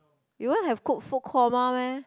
you all have cooked food coma meh